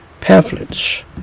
pamphlets